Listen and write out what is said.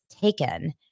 taken